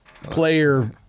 Player